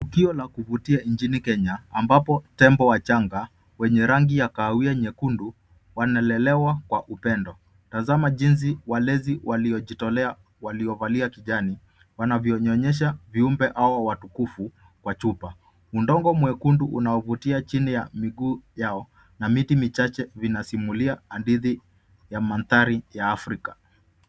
Tukio la kuvutia nchini Kenya ambapo tembo wachanga wenye rangi ya kahawia nyekundu wanalelewa kwa upendo. Tazama jinsi walezi waliojitolea waliovalia kijani wanavyonyonyesha viumbe au watukufu kwa chupa. Udongo mwekundu unaovutia chini ya miguu yao na miti michache vinasimulia hadithi ya mandhari ya Afrika.